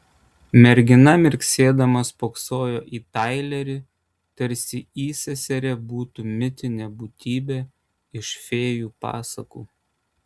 mergina mirksėdama spokso į tailerį tarsi įseserė būtų mitinė būtybė iš fėjų pasakų